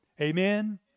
Amen